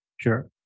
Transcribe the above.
Sure